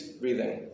breathing